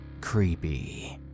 creepy